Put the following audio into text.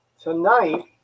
Tonight